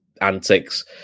antics